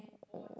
oh